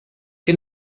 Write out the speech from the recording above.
que